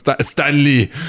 Stanley